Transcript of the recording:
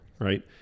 right